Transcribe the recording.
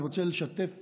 אני רוצה לשתף